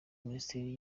minisiteri